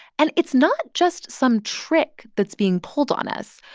and it's not just some trick that's being pulled on us.